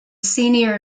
senior